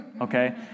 okay